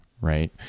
right